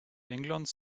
englands